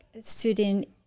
student